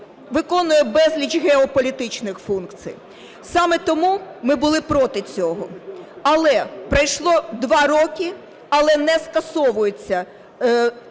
виконує безліч геополітичних функцій. Саме тому ми були проти цього. Але пройшло 2 роки, але не скасовується